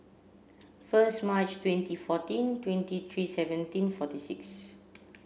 first March twenty fourteen twenty three seventeen forty six